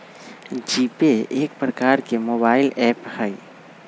GPay एक प्रकार के मोबाइल ऐप हइ